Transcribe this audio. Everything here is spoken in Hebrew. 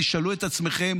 תשאלו את עצמכם